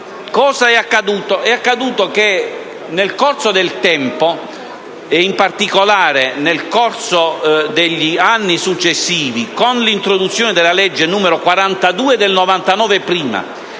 Cosa eaccaduto? E[ ]accaduto che nel corso del tempo, in particolare negli anni successivi, con l’introduzione della legge n. 42 del 1999 prima